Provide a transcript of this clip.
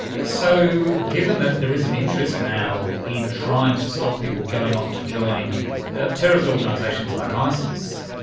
so, given that there is an interest now in trying to stop people going off to join terrorist organisations like isis,